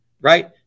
right